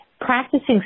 practicing